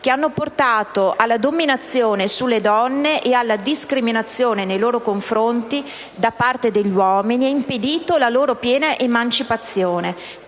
che hanno portato alla dominazione sulle donne e alla discriminazione nei loro confronti da parte degli uomini e impedito la loro piena emancipazione»,